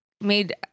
made